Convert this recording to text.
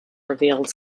revealed